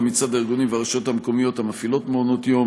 מצד הארגונים והרשויות המקומיות המפעילים מעונות-יום